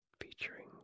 featuring